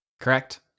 Correct